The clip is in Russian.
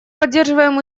поддерживаем